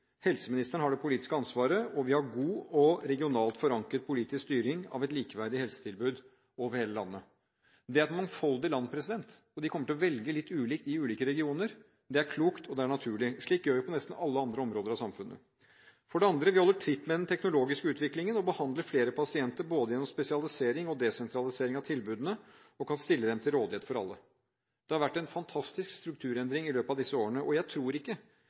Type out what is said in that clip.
Helseministeren har det politiske ansvaret, og vi har god og regionalt forankret politisk styring av et likeverdig helsetilbud over hele landet. Det er et mangfoldig land, og de kommer til å velge litt ulikt i ulike regioner. Det er klokt, og det er naturlig. Slik gjør vi på nesten alle andre områder av samfunnet. For det andre: Vi holder tritt med den teknologiske utviklingen og behandler flere pasienter gjennom både spesialisering og desentralisering av tilbudene, og kan stille dem til rådighet for alle. Det har vært en fantastisk strukturendring i løpet av disse årene. Jeg tror ikke